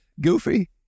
Goofy